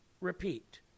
repeat